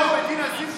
לא.